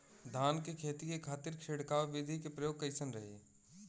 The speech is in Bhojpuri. धान के खेती के खातीर छिड़काव विधी के प्रयोग कइसन रही?